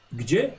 gdzie